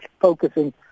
focusing